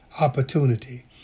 opportunity